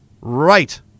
right